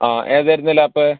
ആ ഏതായിരുന്നു ലാപ്പ്